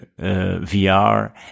VR